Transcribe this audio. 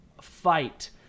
fight